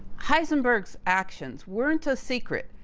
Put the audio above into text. heisenberg's actions weren't a secret.